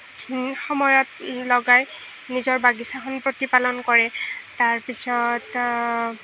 সময়ত লগাই নিজৰ বাগিছাখন প্ৰতিপালন কৰে তাৰ পিছত